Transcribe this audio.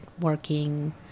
working